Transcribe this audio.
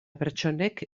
pertsonek